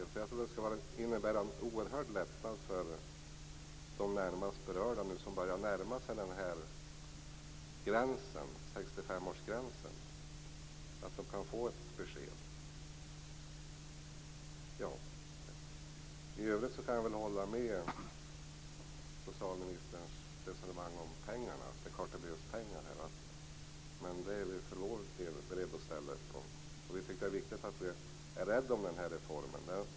Jag tror att det skulle innebära en oerhörd lättnad för de närmast berörda som börjar närmar sig 65 års ålder om de kunde få ett besked. I övrigt kan jag hålla med i socialministerns resonemang om pengarna. Det är klart att det behövs pengar, men där är vi för vår del beredda att ställa upp. Det är viktigt att vara rädd om denna reform.